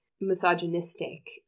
misogynistic